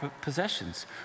possessions